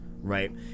right